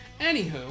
anywho